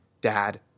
Dad